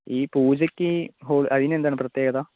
ഈ പൂജക്ക് അയിനെന്താണ് പ്രേത്യേകത